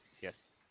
Yes